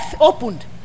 opened